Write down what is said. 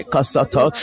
Kasata